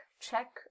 check